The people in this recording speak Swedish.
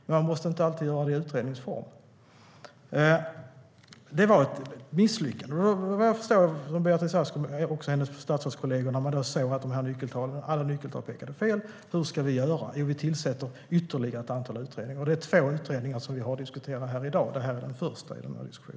Men man måste inte alltid använda utredningsformen. Det var ett misslyckande. När Beatrice Ask och hennes statsrådskolleger såg att alla nyckeltal pekade fel frågade man sig vad man skulle göra. Jo, man tillsatte ett ytterligare antal utredningar. Det är två utredningar som vi diskuterar här i dag, varav den här är den första.